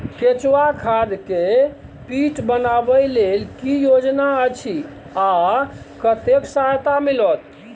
केचुआ खाद के पीट बनाबै लेल की योजना अछि आ कतेक सहायता मिलत?